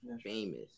famous